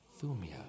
Thumia